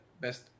best